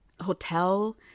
hotel